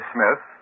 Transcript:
Smith